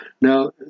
Now